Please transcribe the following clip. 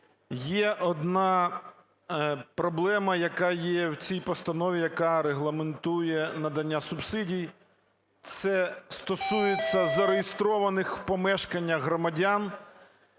Є одна проблема, яка є в цій постанові, яка регламентує надання субсидій. Це стосується зареєстрованих в помешканнях громадян,